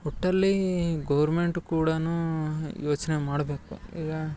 ಒಟ್ಟಲ್ಲೀ government ಕೂಡನೂ ಯೋಚ್ನೆ ಮಾಡ್ಬೇಕು ಈಗಾ